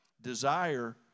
desire